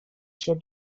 się